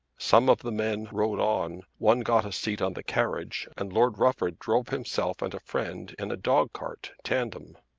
some of the men rode on one got a seat on the carriage and lord rufford drove himself and a friend in a dog-cart, tandem.